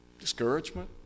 Discouragement